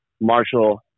Marshall